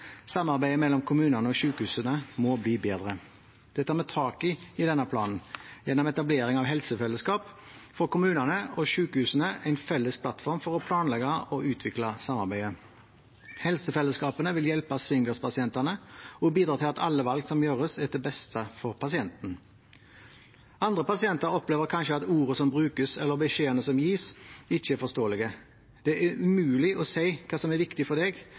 Samarbeidet mellom kommunene og sykehusene må bli bedre. Det tar vi tak i i denne planen gjennom etablering av helsefellesskap for kommunene og sykehusene, en felles plattform for å planlegge og utvikle samarbeidet. Helsefellesskapene vil hjelpe svingdørspasientene og bidra til at alle valg som gjøres, er til beste for pasienten. Andre pasienter opplever kanskje at ordene som brukes, eller beskjedene som gis, ikke er forståelige. Det er umulig å si hva som er viktig for